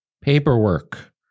paperwork